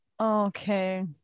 Okay